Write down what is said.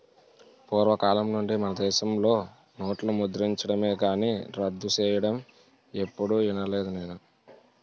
పూర్వకాలం నుండి మనదేశంలో నోట్లు ముద్రించడమే కానీ రద్దు సెయ్యడం ఎప్పుడూ ఇనలేదు నేను